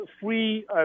free